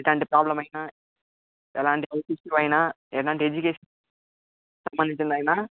ఎట్టాంటి problem అయినా ఎలాంటి పరిస్థితుల్లో అయినా ఎలాంటి ఎడ్యుకేషన్ సంబంధించిందైనా